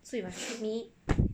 so you must treat me